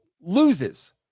loses